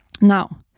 now